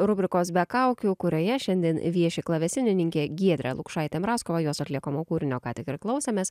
rubrikos be kaukių kurioje šiandien vieši klavesinininkė giedrė lukšaitė mrazkova jos atliekamo kūrinio ką tik ir klausėmės